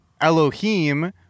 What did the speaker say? Elohim